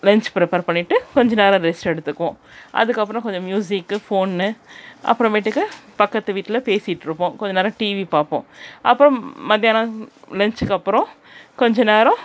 lunch prepare பண்ணிவிட்டு கொஞ்சம் நேரம் ரெஸ்ட் எடுத்துக்குவோம் அதுக்கப்புறோம் கொஞ்சம் ம்யூசிக்கு ஃபோன்னு அப்புறமேட்டுக்கு பக்கத்து வீட்டில் பேசிகிட்டிருப்போம் கொஞ்சம் நேரம் டிவி பார்ப்போம் அப்புறோம் மத்தியானோம் லன்ச்சுக்கப்புறோம் கொஞ்சம் நேரம்